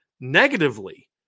negatively